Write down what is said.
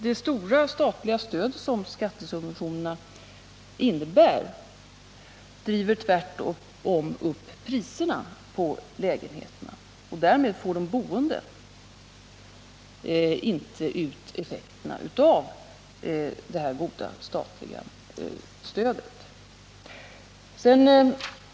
Det stora statliga stöd som skattesubventionerna innebär driver tvärtom upp priserna på lägenheterna, och därmed får de boende inte ut effekterna av det här goda statliga stödet.